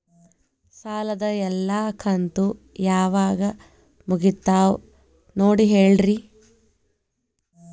ಸಾಲದ ಎಲ್ಲಾ ಕಂತು ಯಾವಾಗ ಮುಗಿತಾವ ನೋಡಿ ಹೇಳ್ರಿ